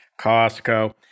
Costco